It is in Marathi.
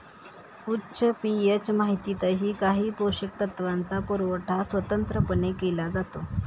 उच्च पी.एच मातीतही काही पोषक तत्वांचा पुरवठा स्वतंत्रपणे केला जातो